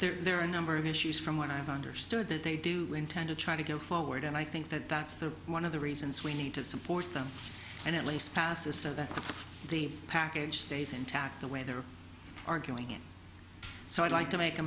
and there are a number of issues from what i've understood that they do intend to try to go forward and i think that that's the one of the reasons we need to support them and at least pass this so that part of the package stays intact the way they're arguing it so i'd like to make a